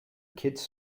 kids